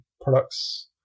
products